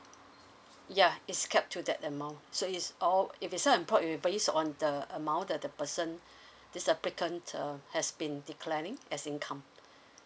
ya is capped to that amount so is or if it's self employed it'll be based on the amount that the person this applicant uh has been declaring as income